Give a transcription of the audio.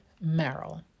Merrill